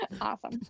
Awesome